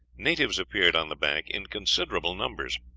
natives appeared on the bank in considerable numbers,